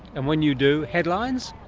and when you do. headlines?